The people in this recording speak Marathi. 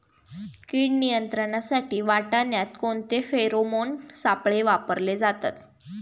कीड नियंत्रणासाठी वाटाण्यात कोणते फेरोमोन सापळे वापरले जातात?